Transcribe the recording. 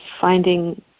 finding